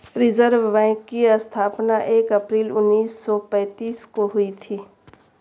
reserve bank की स्थापना एक अप्रैल उन्नीस सौ पेंतीस को हुई थी